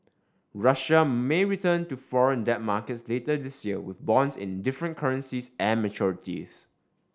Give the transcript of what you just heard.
Russia may return to foreign debt markets later this year with bonds in different currencies and maturities